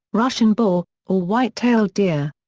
russian boar, or white-tailed deer.